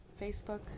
Facebook